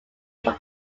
from